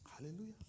Hallelujah